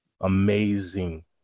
amazing